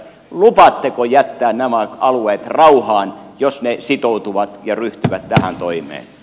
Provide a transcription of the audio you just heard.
lupaatteko jättää nämä alueet rauhaan jos ne sitoutuvat ja ryhtyvät tähän toimeen